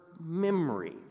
memory